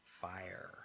Fire